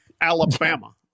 Alabama